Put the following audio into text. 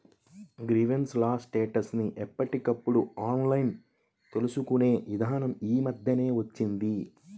grievance ల status ని ఎప్పటికప్పుడు ఆన్లైన్ తెలుసుకునే ఇదానం యీ మద్దెనే వచ్చింది